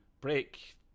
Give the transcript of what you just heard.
break